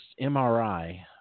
MRI